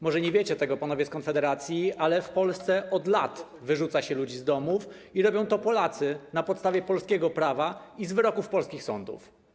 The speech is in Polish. Może nie wiecie tego, panowie z Konfederacji, ale w Polsce od lat wyrzuca się ludzi z domów i robią to Polacy na podstawie polskiego prawa i z wyroków polskich sądów.